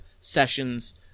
Sessions